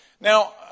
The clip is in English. Now